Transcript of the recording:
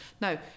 now